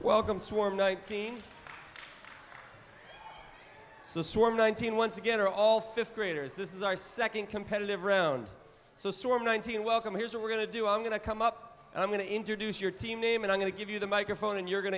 welcome swarm night team so swarm nineteen once again are all fifth graders this is our second competitive round so swarm nineteen welcome here's what we're going to do i'm going to come up and i'm going to introduce your team name and i'm going to give you the microphone and you're going